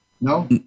No